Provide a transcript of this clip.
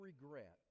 regret